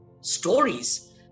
stories